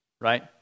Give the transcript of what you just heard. right